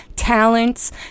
Talents